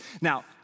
Now